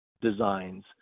designs